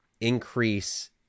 increase